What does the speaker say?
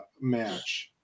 match